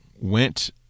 went